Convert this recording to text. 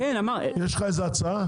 יש לך איזה הצעה?